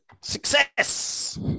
success